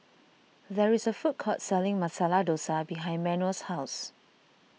there is a food court selling Masala Dosa behind Manuel's house